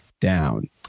down